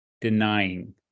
denying